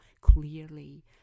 clearly